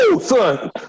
Son